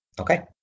Okay